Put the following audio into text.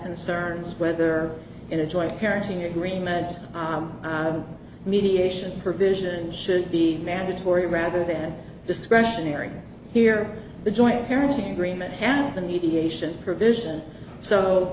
concerns whether in a joint parenting agreement mediation provision should be mandatory rather than discretionary here the joint parenting agreement has the mediation provision so